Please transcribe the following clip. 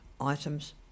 items